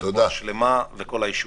רפואה שלמה וכל הישועות.